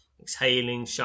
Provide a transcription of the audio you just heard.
Exhaling